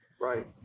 Right